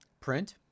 print